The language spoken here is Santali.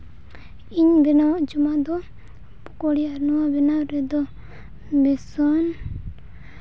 ᱤᱧ ᱵᱮᱱᱟᱣᱟᱜ ᱡᱚᱢᱟᱜ ᱫᱚ ᱯᱚᱠᱳᱲᱤ ᱦᱟᱞᱩᱣᱟ ᱵᱮᱱᱟᱣ ᱨᱮᱫᱚ ᱵᱮᱥᱚᱱ